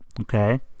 okay